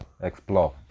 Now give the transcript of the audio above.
Explore